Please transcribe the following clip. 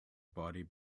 body